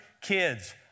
kids